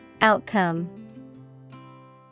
Outcome